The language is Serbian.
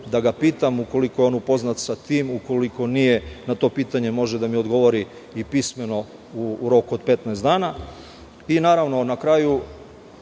da ga pitam, ukoliko je upoznat sa tim, ako nije, na to pitanje, može da mi odgovori i pismeno u roku od 15 dana. Naravno, na kraju,